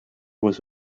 was